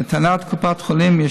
לטענת קופת החולים,